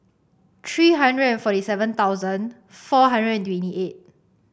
three hundred and forty seven thousand four hundred and twenty eight